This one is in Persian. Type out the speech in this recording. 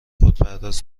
خودپرداز